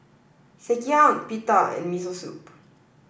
Sekihan Pita and Miso Soup